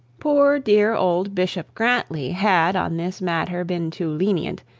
poor dear old bishop grantly had on this matter been too lenient,